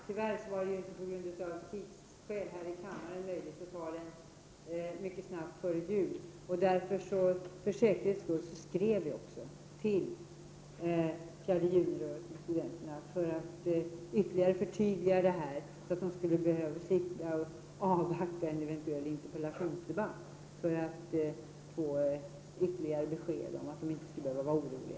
Tyvärr var det på grund av tidsskäl här i kammaren inte möjligt att ta den mycket snabbt före jul. För säkerhets skulle skrev vi till 4 juni-rörelsen och gjorde ett förtydligande, så att de kinesiska studenterna skulle slippa avvakta en eventuell interpellationsdebatt för att få ytterligare besked om att de inte behövde vara oroliga.